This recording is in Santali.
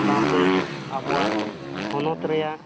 ᱥᱟᱶᱛᱮ ᱟᱵᱚᱣᱟᱜ ᱦᱚᱱᱚᱛ ᱨᱮᱭᱟᱜ